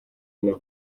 nama